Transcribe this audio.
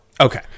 Okay